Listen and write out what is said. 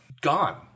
gone